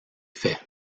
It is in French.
faits